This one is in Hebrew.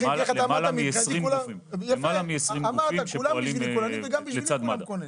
יש למעלה מ-20 גופים שפועלים לצד מד"א.